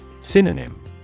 Synonym